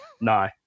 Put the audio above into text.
No